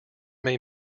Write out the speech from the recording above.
may